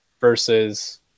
versus